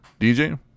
DJ